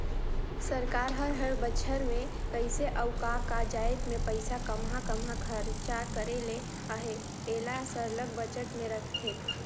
सरकार हर हर बछर में कइसे अउ का का जाएत में पइसा काम्हां काम्हां खरचा करे ले अहे एला सरलग बजट में रखथे